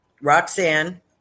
Roxanne